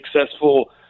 successful